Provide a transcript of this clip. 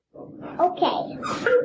Okay